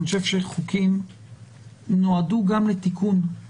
חוקים נועדו גם לתיקון,